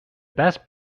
best